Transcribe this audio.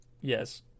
Yes